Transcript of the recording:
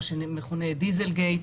מה שמכונה דיזלגייט.